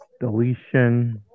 Deletion